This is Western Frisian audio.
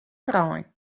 trein